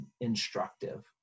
instructive